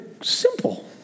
simple